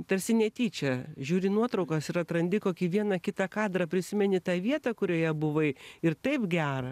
tarsi netyčia žiūri nuotraukas ir atrandi kokį vieną kitą kadrą prisimeni tą vietą kurioje buvai ir taip gera